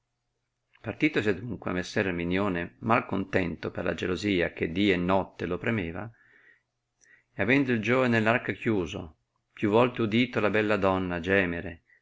vertivano partitosi adunque messer erminione mal contento per la gelosia che dì e notte lo premeva ed avendo il giovane nell arca chiuso più volte udito la bella donna gemere